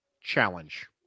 challenge